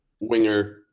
Winger